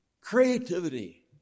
creativity